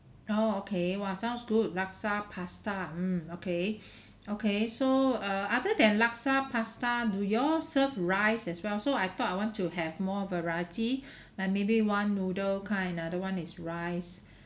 oh okay !wah! sounds good laksa pasta mm okay okay so uh other than laksa pasta do you all serve rice as well so I thought I want to have more variety like maybe one noodle kind another one is rice